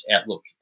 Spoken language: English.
outlook